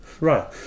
Right